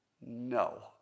No